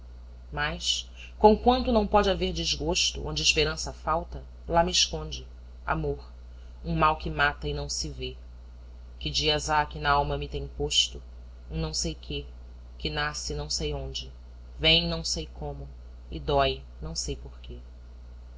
lenho mas conquanto não pode haver desgosto onde esperança falta lá me esconde amor um mal que mata e não se vê que dias há que n'alma me tem posto um não sei quê que nasce não sei onde vem não sei como e dói não sei porquê